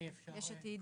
יש עתיד